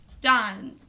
Done